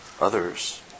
Others